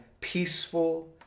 peaceful